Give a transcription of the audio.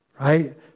right